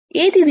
ఏది VGS2